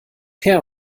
her